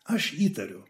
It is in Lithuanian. aš įtariu